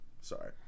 sorry